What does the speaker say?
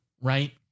right